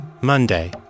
Monday